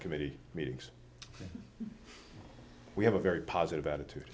committee meetings we have a very positive attitude